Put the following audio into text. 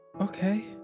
Okay